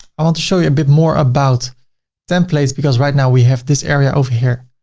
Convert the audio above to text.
i want to show you a bit more about templates because right now, we have this area over here,